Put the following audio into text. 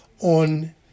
on